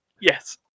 Yes